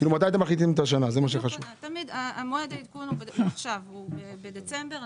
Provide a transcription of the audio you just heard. מועד העדכון הוא תמיד עכשיו, בדצמבר.